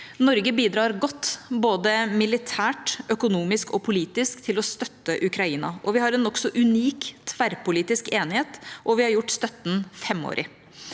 Norge bidrar godt, både militært, økonomisk og politisk, til å støtte Ukraina. Vi har en nokså unik tverrpolitisk enighet, og vi har gjort støtten femårig.